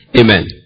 Amen